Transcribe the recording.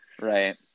Right